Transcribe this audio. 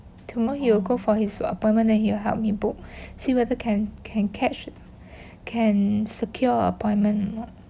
tomorrow he will go for his own appointment that he will help me book see whether can can catch can secure appointment or not